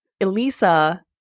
Elisa